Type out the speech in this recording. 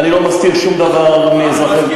ואני לא מסתיר שום דבר מאזרחים.